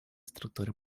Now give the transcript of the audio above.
структуры